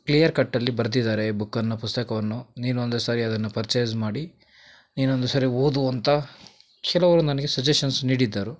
clear ಕಟ್ಟಲ್ಲಿ ಬರ್ದಿದ್ದಾರೆ ಈ ಬುಕ್ಕನ್ನು ಪುಸ್ತಕವನ್ನು ನೀನೊಂದು ಸಾರಿ ಅದನ್ನು ಪರ್ಚೇಸ್ ಮಾಡಿ ನೀನೊಂದು ಸಾರಿ ಓದು ಅಂತ ಕೆಲವರು ನನಗೆ ಸಜೆಶನ್ಸ್ ನೀಡಿದ್ದರು